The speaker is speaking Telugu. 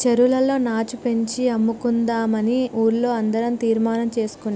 చెరువులో నాచు పెంచి అమ్ముకుందామని ఊర్లో అందరం తీర్మానం చేసుకున్నాం